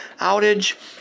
outage